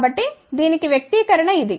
కాబట్టి దీనికి వ్యక్తీకరణ ఇది